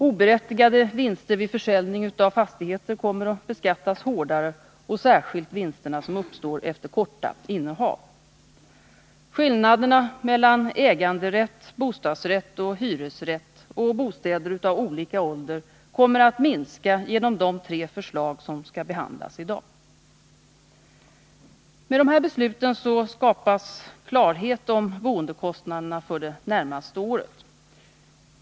Oberättigade vinster vid försäljning av fastigheter kommer att beskattas hårdare, särskilt vinster som uppstår efter korta innehav. Skillnaderna mellan äganderätt, bostadsrätt och hyresrätt och bostäder av olika ålder kommer att minska genom de tre förslag som skall behandlas i dag. Med dessa beslut skapas klarhet om boendekostnaderna för det närmaste året.